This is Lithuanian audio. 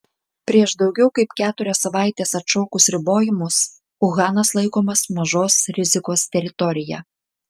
prieš daugiau kaip keturias savaites atšaukus ribojimus uhanas laikomas mažos rizikos teritorija